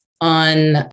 on